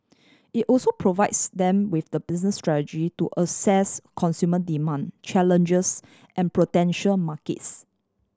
it also provides them with the business strategy to assess consumer demand challenges and potential markets